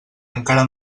encara